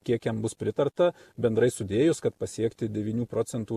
kiek jam bus pritarta bendrai sudėjus kad pasiekti devynių procentų